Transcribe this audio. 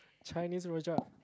Chinese rojak